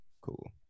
cool